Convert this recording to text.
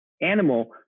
animal